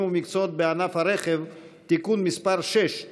ומקצועות בענף הרכב (תיקון מס' 6),